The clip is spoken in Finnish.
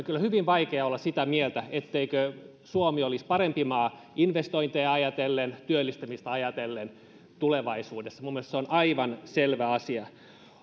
kyllä on hyvin vaikeaa olla sitä mieltä etteikö näitten toteutuessa suomi olisi parempi maa investointeja ajatellen ja työllistämistä ajatellen tulevaisuudessa mielestäni se on aivan selvä asia